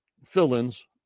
fill-ins